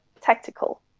tactical